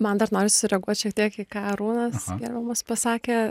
man dar norisi sureaguot šiek tiek į ką arūnas gerbiamas pasakė